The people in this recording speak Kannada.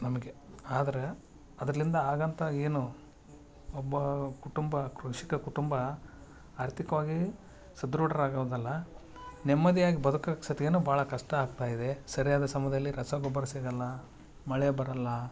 ನಮಗೆ ಆದರ ಅದ್ರಿಂದ ಆಗಂಥ ಏನು ಒಬ್ಬ ಕುಟುಂಬ ಕೃಷಿಕ ಕುಟುಂಬ ಆರ್ಥಿಕವಾಗಿ ಸದೃಢರಾಗೋದಲ್ಲ ನೆಮ್ಮದಿಯಾಗಿ ಬದಕಕ್ಕೆ ಸತ್ಗೆನು ಭಾಳ ಕಷ್ಟ ಆಗ್ತಾಯಿದೆ ಸರಿಯಾದ ಸಮಯದಲ್ಲಿ ರಸಗೊಬ್ಬರ ಸಿಗೋಲ್ಲ ಮಳೆ ಬರಲ್ಲ